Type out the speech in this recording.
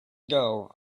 ago